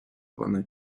вони